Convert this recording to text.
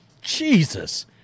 Jesus